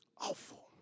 Awful